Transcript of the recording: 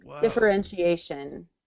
Differentiation